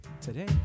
Today